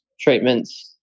treatments